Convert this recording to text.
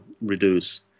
reduce